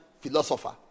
philosopher